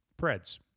Preds